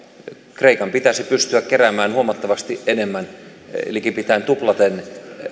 kreikan pitäisi pystyä keräämään huomattavasti enemmän likipitäen tuplaten